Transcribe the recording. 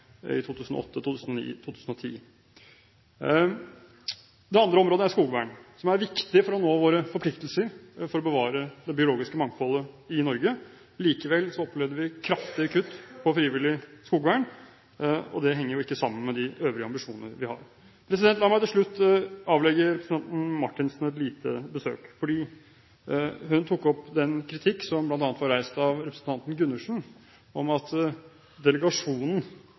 2008, i 2009 og i 2010. Det andre området er skogvern, som er viktig for å nå våre forpliktelser når det gjelder å bevare det biologiske mangfoldet i Norge. Likevel opplevde vi kraftige kutt til frivillig skogvern, og det henger ikke sammen med de øvrige ambisjonene vi har. La meg til slutt avlegge representanten Marthinsen et lite besøk. Hun tok opp den kritikk som bl.a. var reist av representanten Gundersen om at delegasjonen